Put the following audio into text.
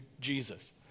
Jesus